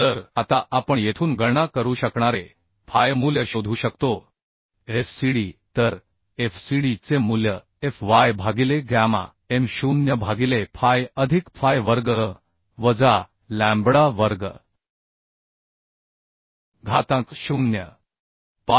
तर आता आपण येथून गणना करू शकणारे फाय मूल्य शोधू शकतो FCD तर FCD चे मूल्य Fy भागिले गॅमा M0 भागिले फाय अधिक फाय वर्ग वजा लॅम्बडा वर्ग घातांक 0